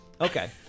Okay